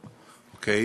אוקיי.